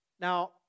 Now